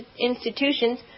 institutions